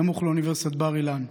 סמוך לאוניברסיטת בר-אילן.